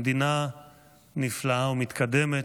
המדינה נפלאה ומתקדמת,